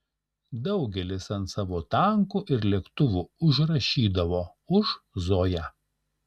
daugelis ant savo tankų ir lėktuvų užrašydavo už zoją